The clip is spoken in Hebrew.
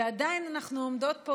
ועדיין אנחנו עומדות פה,